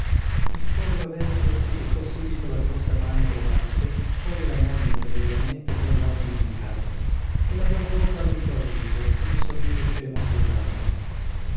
il povero vecchio si recò subito la grossa mano tremante ove la moglie imperiosamente con gli occhi gl'indicava e la guardò quasi impaurito con un sorriso scemo sulle labbra